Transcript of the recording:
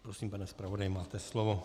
Prosím, pane zpravodaji, máte slovo.